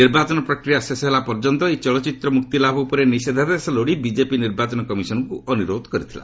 ନିର୍ବାଚନ ପ୍ରକ୍ରିୟା ଶେଷ ହେଲା ପର୍ଯ୍ୟନ୍ତ ଏହି ଚଳଚ୍ଚିତ୍ର ମୁକ୍ତି ଲାଭ ଉପରେ ନିଷେଦ୍ଧାଦେଶ ଲୋଡ଼ି ବିଜେପି ନିର୍ବାଚନ କମିଶନଙ୍କୁ ଅନୁରୋଧ କରିଥିଲା